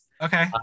Okay